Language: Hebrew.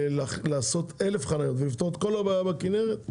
לעשות 1000 חניות ולפתור את כל הבעיה בכנרת,